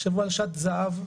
תחשבו על שעת הזהב,